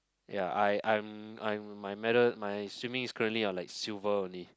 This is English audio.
ya I I'm I'm my medal my swimming is currently uh like silver only